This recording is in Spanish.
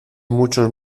muchos